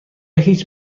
هیچ